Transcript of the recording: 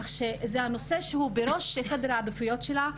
כך שזה נושא שהוא בראש סדר העדיפויות שלה.